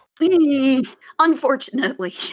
Unfortunately